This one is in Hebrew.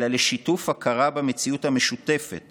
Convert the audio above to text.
אלא לשיתוף הכרה במציאות המשותפת